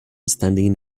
standing